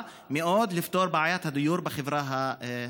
מאוד לפתרון בעיית הדיור בחברה הערבית.